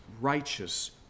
righteous